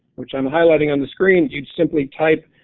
which i'm highlighting on the screen, simply type